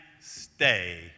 stay